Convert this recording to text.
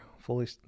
fully